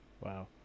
Wow